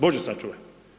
Bože sačuvaj!